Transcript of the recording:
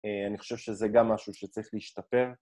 אני חושב שזה גם משהו שצריך להשתפר.